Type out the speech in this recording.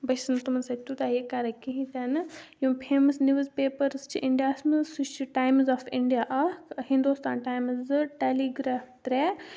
بہٕ چھَس نہٕ تِمَن سٕتۍ تیٛوٗتاہ یہِ کران کِہیٖنٛۍ تہِ نہٕ یِم فیمَس نیٛوٗز پیپٲرٕز چھِ اِنڈیاہَس منٛز سُہ چھُ ٹایِمٕز آف اِنڈِیا اَکھ ہنٛدوستان ٹایِمٕز زٕ ٹیلِی گرٛاف ترٛےٚ